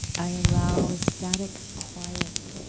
i allow a static quiet,